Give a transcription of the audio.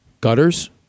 gutters